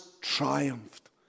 triumphed